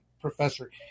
professor